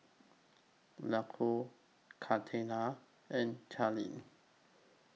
Lucio Kaleena and Charlene